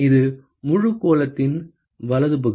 இது முழு கோளத்தின் வலது பகுதி